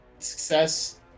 Success